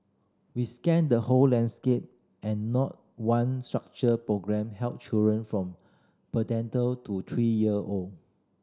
we scanned the whole landscape and not one structured programme help children from prenatal to three year old